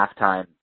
halftime